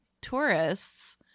tourists